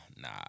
Nah